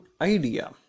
idea